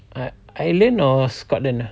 uh ireland or scotland ah